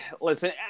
listen